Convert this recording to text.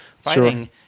fighting